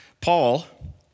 Paul